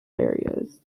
areas